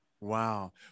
Wow